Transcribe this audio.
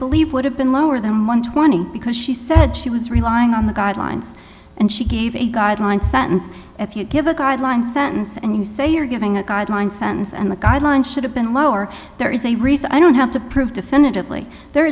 believe would have been lower than one twenty because she said she was relying on the guidelines and she gave a guideline sentence if you give a guideline sentence and you say you're giving a guideline sentence and the guidelines should have been lower there is a reason i don't have to prove definitively there